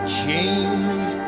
change